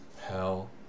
Hell